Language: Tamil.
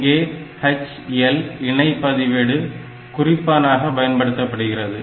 இங்கே HL இணை பதிவேடு குறிப்பானாக பயன்படுத்தப்படுகிறது